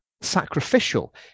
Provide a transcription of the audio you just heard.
sacrificial